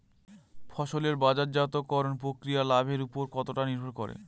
ফসলের বাজারজাত করণ প্রক্রিয়া লাভের উপর কতটা নির্ভর করে?